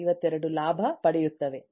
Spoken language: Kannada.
52 ಲಾಭ ಪಡೆಯುತ್ತವೆ